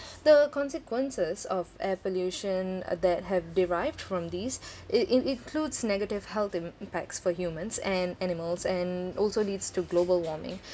the consequences of air pollution that have derived from these i~ it includes negative health impacts for humans and animals and also leads to global warming